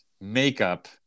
makeup